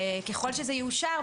ככל שזה יאושר,